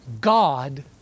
God